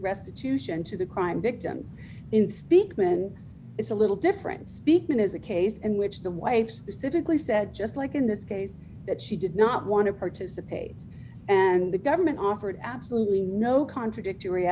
restitution to the crime victims in speak when it's a little different speaking as a case in which the waves the civically said just like in this case that she did not want to participate and the government offered absolutely no contradictory